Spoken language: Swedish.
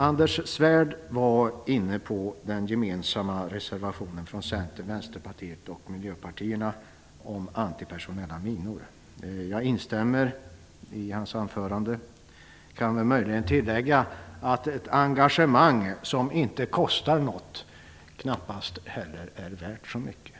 Anders Svärd var inne på den gemensamma reservationen från Centern, Vänsterpartiet och Miljöpartiet om antipersonella minor. Jag instämmer i hans anförande. Jag kan möjligen tillägga att ett engagemang som inte kostar något knappast heller är värt så mycket.